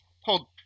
Hold